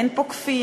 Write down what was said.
אין פה כפייה.